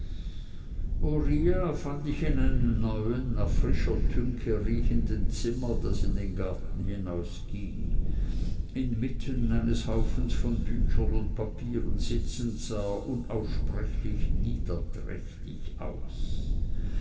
fand ich in einem neuen nach frischer tünche riechenden zimmer das in den garten hinausging inmitten eines haufens von büchern und papieren sitzend sah er unaussprechlich niederträchtig aus